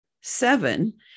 seven